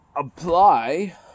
apply